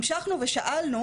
המשכנו ושאלנו